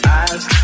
eyes